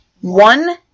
One